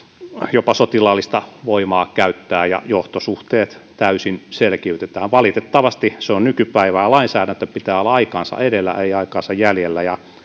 jopa sotilaallista voimaa käyttää ja johtosuhteet täysin selkiytetään valitettavasti se on nykypäivää lainsäädännön pitää olla aikaansa edellä ei aikaansa jäljessä ja